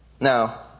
Now